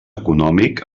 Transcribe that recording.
econòmic